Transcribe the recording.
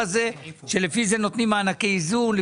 אז פחות איסוף פסולת- פחות ניקיון הרחובות,